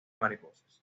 mariposas